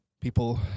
People